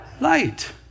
Light